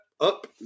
up